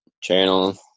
channel